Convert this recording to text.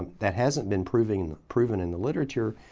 that hasn't been proven proven in the literature,